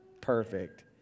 perfect